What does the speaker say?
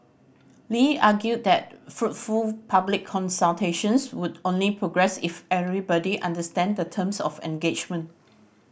Lee argued that fruitful public consultations would only progress if everybody understand the terms of engagement